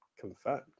confirmed